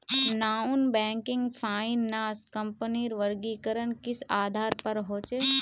Non banking finance कंपनीर वर्गीकरण किस आधार पर होचे?